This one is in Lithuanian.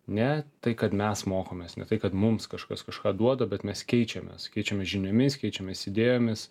ne tai kad mes mokomės ne tai kad mums kažkas kažką duoda bet mes keičiamės keičiamės žiniomis keičiamės idėjomis